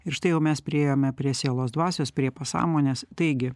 ir štai jau mes priėjome prie sielos dvasios prie pasąmonės taigi